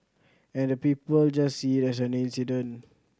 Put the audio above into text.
and the people just see it as an incident